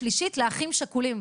שלישית לאחים שכולים.